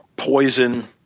Poison